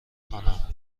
خوانم